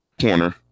Corner